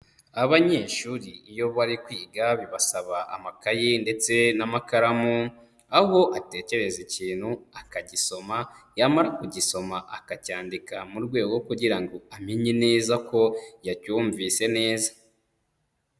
Abanyeshuri iyo bari kwiga bibasaba amakayi ndetse n'amakaramu, aho atekereza ikintu akagisoma, yamara kugisoma akacyandika mu rwego kugira ngo amenye neza ko yacyumvise neza.